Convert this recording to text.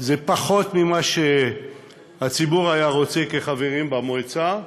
זה פחות ממה שהציבור היה רוצה כחברים במועצה,